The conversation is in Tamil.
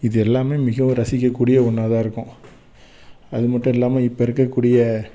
இது எல்லாமே மிகவும் ரசிக்கக்கூடிய ஒன்றாதான் இருக்கும் அது மட்டும் இல்லாமல் இப்போ இருக்கக்கூடிய